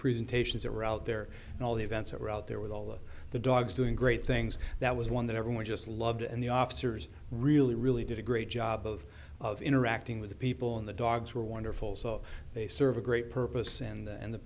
presentations are out there and all the events that were out there with all of the dogs doing great things that was one that everyone just loved and the officers really really did a great job of of interacting with the people in the dogs were wonderful so they serve a great purpose and the